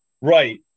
Right